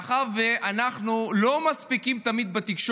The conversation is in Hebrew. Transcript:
מאחר שאנחנו לא תמיד מספיקים בתקשורת,